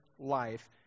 life